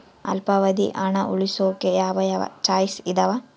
ಅಲ್ಪಾವಧಿ ಹಣ ಉಳಿಸೋಕೆ ಯಾವ ಯಾವ ಚಾಯ್ಸ್ ಇದಾವ?